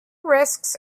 risks